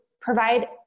provide